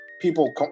people